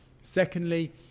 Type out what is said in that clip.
Secondly